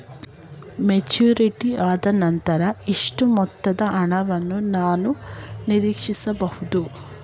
Maturity ಆದನಂತರ ಎಷ್ಟು ಮೊತ್ತದ ಹಣವನ್ನು ನಾನು ನೀರೀಕ್ಷಿಸ ಬಹುದು?